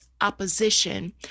opposition